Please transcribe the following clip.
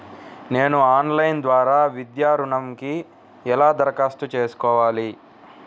నేను ఆన్లైన్ ద్వారా విద్యా ఋణంకి ఎలా దరఖాస్తు చేసుకోవాలి?